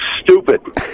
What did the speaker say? stupid